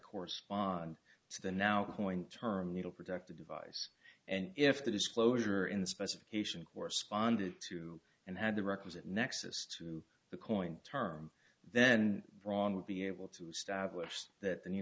correspond to the now point term needle protected device and if the disclosure in the specification corresponded to and had the requisite nexus to the coin term then wrong would be able to establish that th